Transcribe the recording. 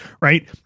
right